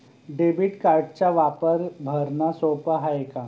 Debit कार्डचा वापर भरनं सोप हाय का?